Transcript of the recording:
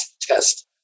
test